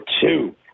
two